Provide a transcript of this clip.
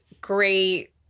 great